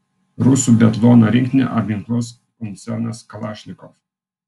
rusų biatlono rinktinę apginkluos koncernas kalašnikov